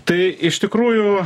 tai iš tikrųjų